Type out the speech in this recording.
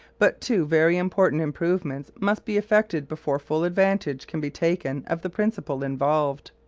but two very important improvements must be effected before full advantage can be taken of the principle involved.